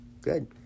good